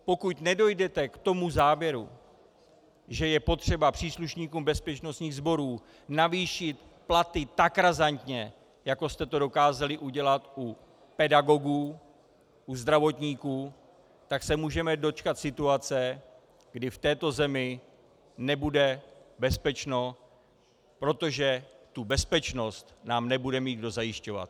Pokud nedojdete k tomu závěru, že je potřeba příslušníkům bezpečnostních sborů navýšit platy tak razantně, jako jste to dokázali udělat u pedagogů, u zdravotníků, tak se můžeme dočkat situace, kdy v této zemi nebude bezpečno, protože tu bezpečnost nám nebude mít kdo zajišťovat.